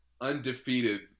undefeated